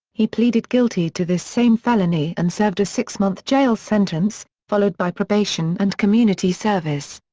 he pleaded guilty to this same felony and served a six month jail sentence, followed by probation and community service.